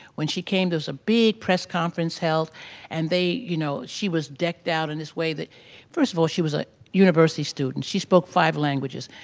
when she came, there was a big press conference held and they, you know, she was decked out in this way that first of all, she was a university student. she spoke five languages.